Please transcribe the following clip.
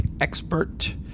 expert